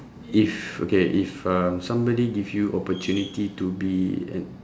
if okay if uh somebody give you opportunity to be an